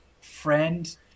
friend